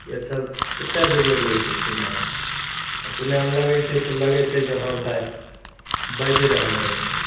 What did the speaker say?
येसब कतेक बेजोड़ लगै छै सुनएमे आ सुनएमे लगै छै तऽ लगै छै जे हँ भाइ बाजि रहलै हन